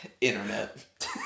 Internet